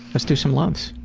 let's do some loves!